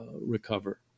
recover